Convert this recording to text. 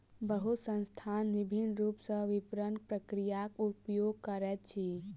बहुत संस्थान विभिन्न रूप सॅ विपरण प्रक्रियाक उपयोग करैत अछि